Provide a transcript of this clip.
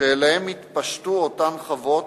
שאליהם התפשטו אותן חוות,